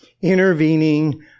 intervening